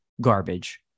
garbage